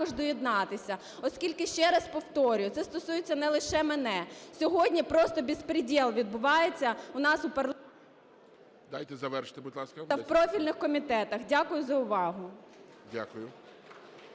Дякую за увагу.